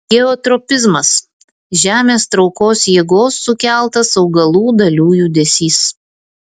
geotropizmas žemės traukos jėgos sukeltas augalų dalių judesys